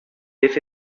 this